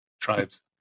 tribes